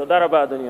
תודה רבה, אדוני.